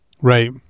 right